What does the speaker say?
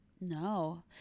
No